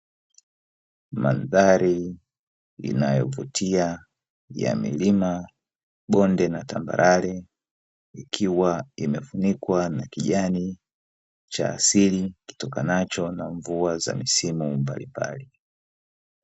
Mandhari inayovutia ya milima, mabonde na tambarare ikiwa imefunikwa na kijani cha asili kitokanacho na mvua za misimu mbalimbali.